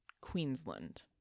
Queensland